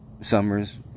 summers